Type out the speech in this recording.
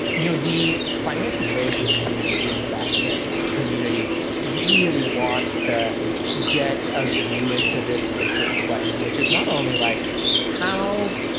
you know the financial services community, the investment community really wants to get a view into this specific question, which is not only like how